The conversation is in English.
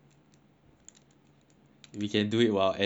we can do it while elliot is grinding maple ah